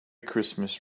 christmas